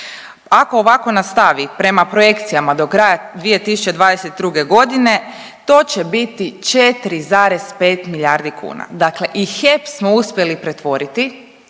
Ako ovako nastavi prema projekcijama do kraja 2022. godine to će biti 4,5 milijardi kuna. Dakle i HEP smo uspjeli pretvoriti